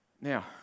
Now